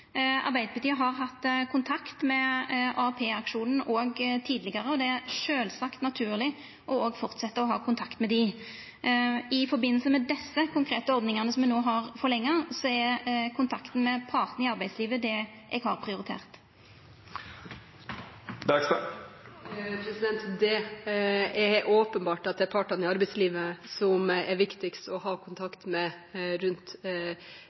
Arbeidarpartiet har hatt kontakt med AAP-aksjonen tidlegare, og det er sjølvsagt naturleg òg å forsetja å ha kontakt med dei. I forbindelse med desse konkrete ordningane som me no har forlengd, er kontakten med partane i arbeidslivet det eg har prioritert. Det er åpenbart at det er partene i arbeidslivet som det er viktigst å ha kontakt med rundt